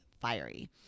fiery